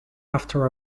after